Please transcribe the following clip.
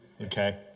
okay